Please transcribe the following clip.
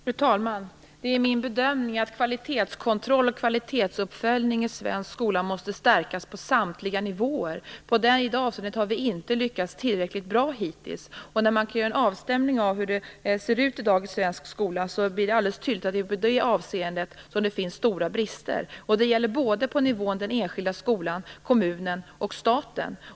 Fru talman! Det är min bedömning att kvalitetskontroll och kvalitetsuppföljning i svensk skola måste stärkas på samtliga nivåer. I det avseendet har vi inte lyckats tillräckligt bra hittills. När man gör en avstämning av hur det ser ut i dag i svensk skola blir det alldeles tydligt att det finns stora brister. Det gäller både enskilda skolor, kommunerna och staten.